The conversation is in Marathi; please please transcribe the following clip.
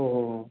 हो हो हो